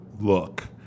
look